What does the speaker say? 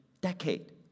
decade